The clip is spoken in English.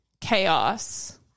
chaos